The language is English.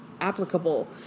applicable